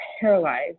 paralyzed